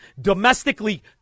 domestically